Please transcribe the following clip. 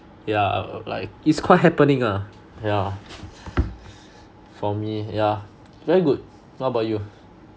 yeah err like it's quite happening lah yeah for me yeah very good what about you